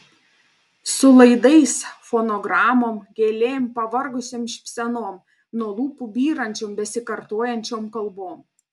su laidais fonogramom gėlėm pavargusiom šypsenom nuo lūpų byrančiom besikartojančiom kalbom